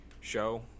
show